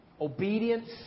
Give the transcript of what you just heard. obedience